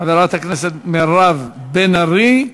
חברת הכנסת מירב בן ארי,